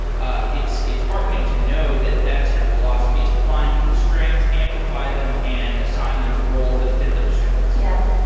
ah it's it's heartening to know that that's your philosophy, is to find people's strengths, amplify them and assign them to roles that fit those strengths. yeah.